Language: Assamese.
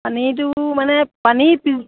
পানীটো মানে পানীত